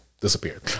disappeared